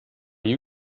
you